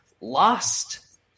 lost